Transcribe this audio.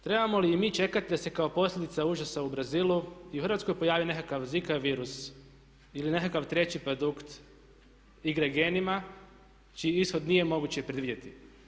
Trebamo li i mi čekati da se kao posljedica užasa u Brazilu i u Hrvatskoj pojavi nekakav zika virus ili nekakav treći produkt igre genima čiji ishod nije moguće predvidjeti?